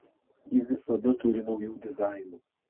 ji visada turi naujų dizainų